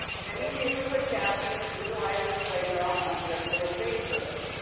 many neighborhood families utilize the playground on a regular basis.